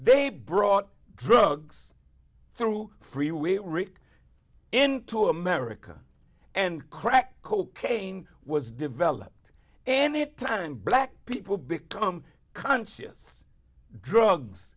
they brought drugs through freeway rick into america and crack cocaine was developed and it turned black people become conscious drugs